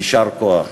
יישר כוח,